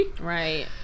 right